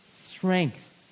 strength